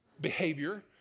behavior